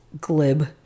Glib